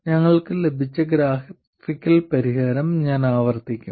ഞങ്ങൾക്ക് ലഭിച്ച ഗ്രാഫിക്കൽ പരിഹാരം ഞാൻ ആവർത്തിക്കും